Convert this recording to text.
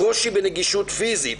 קושי בנגישות פיזית.